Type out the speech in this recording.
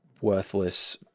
worthless